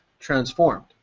transformed